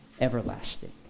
everlasting